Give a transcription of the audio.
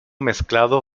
mezclado